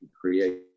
create